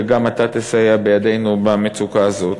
שגם אתה תסייע בידנו במצוקה הזאת.